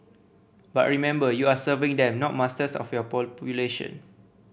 but remember you are serving them not masters of your population